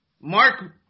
Mark